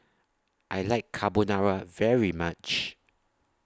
I like Carbonara very much